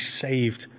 saved